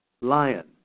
lion